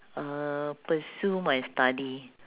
uh pursue my study